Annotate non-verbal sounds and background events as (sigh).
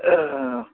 (unintelligible)